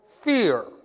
fear